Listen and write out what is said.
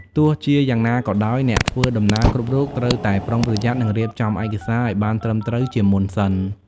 ទោះជាយ៉ាងណាក៏ដោយ អ្នកធ្វើដំណើរគ្រប់រូបត្រូវតែប្រុងប្រយ័ត្ននិងរៀបចំឯកសារឱ្យបានត្រឹមត្រូវជាមុនសិន។